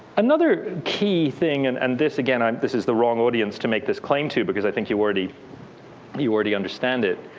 another key thing and and this again, um this is the wrong audience to make this claim to, because i think you already you already understand it